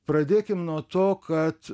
pradėkim nuo to kad